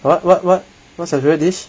what what what what your favourite dish